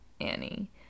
Annie